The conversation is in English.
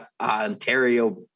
Ontario